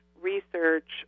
research